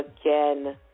again